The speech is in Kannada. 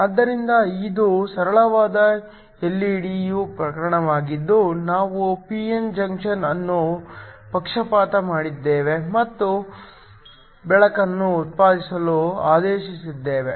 ಆದ್ದರಿಂದ ಇದು ಸರಳವಾದ ಎಲ್ಇಡಿಯ ಪ್ರಕರಣವಾಗಿದ್ದು ನಾವು ಪಿ ಎನ್ ಜಂಕ್ಷನ್ ಅನ್ನು ಪಕ್ಷಪಾತ ಮಾಡಿದ್ದೇವೆ ಮತ್ತು ಬೆಳಕನ್ನು ಉತ್ಪಾದಿಸಲು ಆದೇಶಿಸಿದ್ದೇವೆ